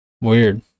Weird